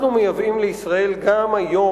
אנחנו מייבאים לישראל גם היום,